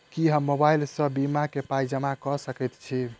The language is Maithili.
की हम मोबाइल सअ बीमा केँ पाई जमा कऽ सकैत छी?